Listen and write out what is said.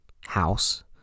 house